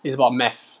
it's about math